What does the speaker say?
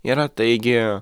yra taigi